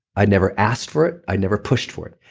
i'd never asked for it, i'd never pushed for it.